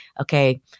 okay